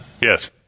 Yes